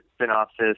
synopsis